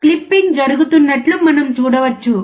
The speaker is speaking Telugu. క్లిప్పింగ్ జరుగుతున్నట్లు మనం చూడవచ్చు